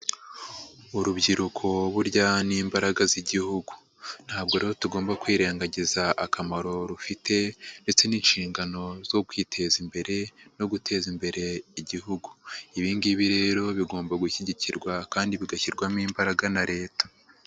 Urubyiruko burya n'imbaraga z'igihugu, ntabwo rero tugomba kwirengagiza akamaro rufite ndetse n'inshingano zo kwiteza imbere no guteza imbere igihugu, ibingibi rero bigomba gushyigikirwa kandi bigashyirwamo imbaraga na leta.